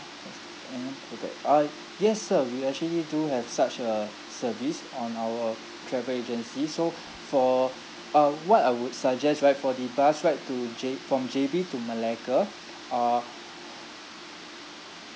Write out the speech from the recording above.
and go back uh yes sir we actually do have such uh service on our travel agency so for uh what I would suggest right for the bus right to J~ from J_B to malacca uh